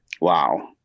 Wow